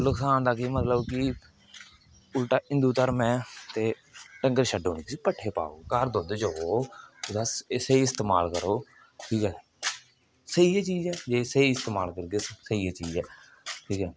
नुक्सान दा केह् मतलब कि उल्टा हिंदु धर्म ऐ ते डंगर छड्डो नेईं उसी पट्ठे पाओ घर दुद्ध चवो ओहदा स्हेई इस्तामल करो ठीक ऐ स्हेई गै चीज ऐ जेह्ड़ी स्हेई इस्तामाल करगे ते स्हेई गै चीज ऐ ठीक ऐ